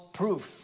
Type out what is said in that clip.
proof